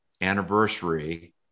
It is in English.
anniversary